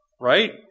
Right